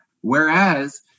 Whereas